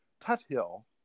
Tuthill